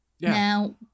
Now